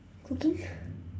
cooking